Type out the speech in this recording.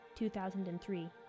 2003